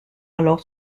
alors